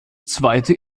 zweite